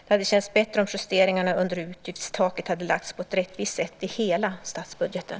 Det hade känts bättre om justeringarna under utgiftstaket hade lagts ut på ett rättvist sätt i hela statsbudgeten.